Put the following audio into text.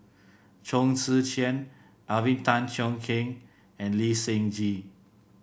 Chong Tze Chien Alvin Tan Cheong Kheng and Lee Seng Gee